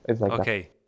Okay